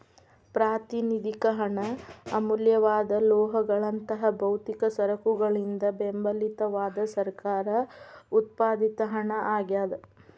ಪ್ರಾತಿನಿಧಿಕ ಹಣ ಅಮೂಲ್ಯವಾದ ಲೋಹಗಳಂತಹ ಭೌತಿಕ ಸರಕುಗಳಿಂದ ಬೆಂಬಲಿತವಾದ ಸರ್ಕಾರ ಉತ್ಪಾದಿತ ಹಣ ಆಗ್ಯಾದ